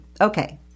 Okay